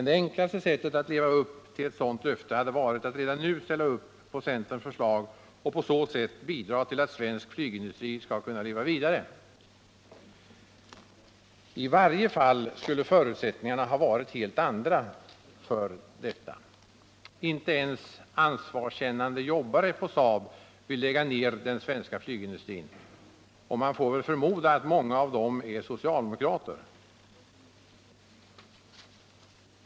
Det enklaste sättet att leva upp till ett sådant löfte hade varit att redan nu stödja centerns förslag och på så sätt hjälpa svensk flygindustri att leva vidare. I varje fall skulle förutsättningarna då ha varit mycket bättre. Inte ens ansvarskännande arbetare på Saab vill lägga ned den svenska flygindustrin — och man får väl förmoda att många av dem även är socialdemokrater.